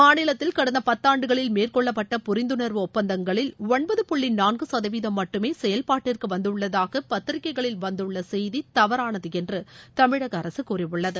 மாநிலத்தில் கடந்த பத்தாண்டுகளில் மேற்கொள்ளப்பட்ட புரிந்துணர்வு ஒப்பந்தங்களில் ஒன்பது புள்ளி நான்கு சதவீதம் மட்டுமே செயல்பாட்டிற்கு வந்துள்ளதாக பத்திரிக்கைகளில் வந்துள்ள செய்தி தவறானது என்று தமிழக அரசு கூறியுள்ளது